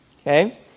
Okay